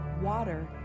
Water